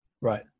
right